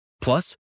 plus